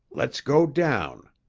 let's go down,